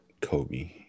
Kobe